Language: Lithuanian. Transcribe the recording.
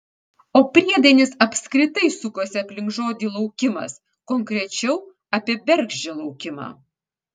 o priedainis apskritai sukosi aplink žodį laukimas konkrečiau apie bergždžią laukimą